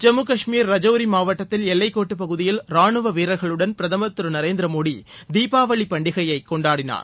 ஜம்மு காஷ்மீர் ரஜோரி மாவட்டத்தில் எல்லைக்கோட்டுப் பகுதியில் ரானுவ வீரர்களுடன் பிரதமர் திரு நரேந்திரமோடி தீபாவளி பண்டிகையை கொண்டாடினார்